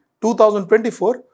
2024